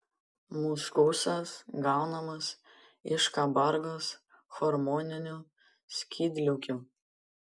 muskusas gaunamas iš kabargos hormoninių skydliaukių